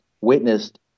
witnessed